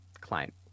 client